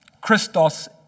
Christos